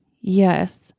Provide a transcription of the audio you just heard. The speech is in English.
Yes